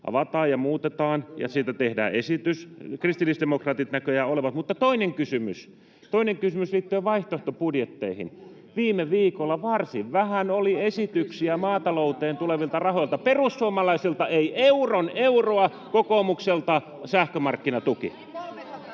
Kyllä! — Peter Östman: Kyllä!] — Kristillisdemokraatit näköjään ovat. — Mutta toinen kysymys liittyen vaihtoehtobudjetteihin: Viime viikolla varsin vähän oli esityksiä maatalouteen tulevista rahoista. Perussuomalaisilta ei euron euroa, kokoomukselta sähkömarkkinatuki.